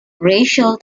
racial